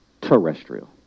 terrestrial